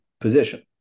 position